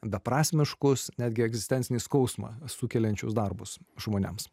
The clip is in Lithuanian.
beprasmiškus netgi egzistencinį skausmą sukeliančius darbus žmonėms